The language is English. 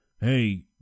hey